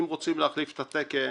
אם רוצים להחליף את התקן,